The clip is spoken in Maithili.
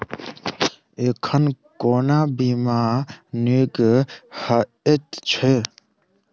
एखन कोना बीमा नीक हएत छै?